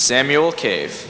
samuel cave